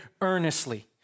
earnestly